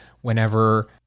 Whenever